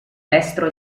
destro